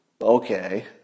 Okay